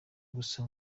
gusa